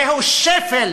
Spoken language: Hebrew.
זהו שפל